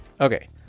Okay